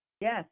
yes